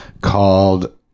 called